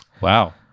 Wow